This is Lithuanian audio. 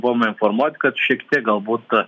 buvome informuoti kad šiek tiek gal